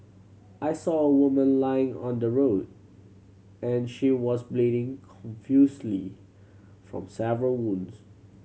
I saw a woman lying on the road and she was bleeding confusedly from several wounds